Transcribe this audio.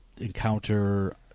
encounter